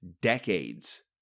decades